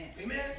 Amen